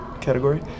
category